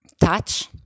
touch